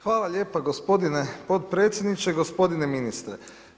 Hvala lijepa gospodine potpredsjedniče, gospodine ministre.